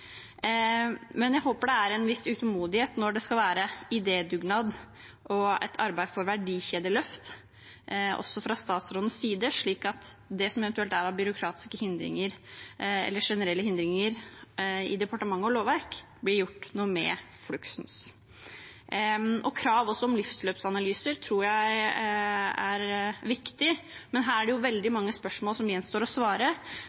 Men jeg håper det er en viss utålmodighet – når det skal være en idédugnad og et arbeid for verdikjedeløft – også fra statsrådens side, slik at det som eventuelt er av byråkratiske eller generelle hindringer i departement og lovverk, blir gjort noe med fluksens. Krav om livsløpsanalyser tror jeg er viktig, men her er det veldig mange spørsmål det gjenstår å svare